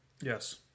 Yes